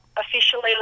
officially